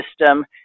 system